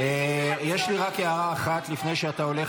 יש לי רק הערה אחת לפני שאתה עולה,